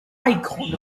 icon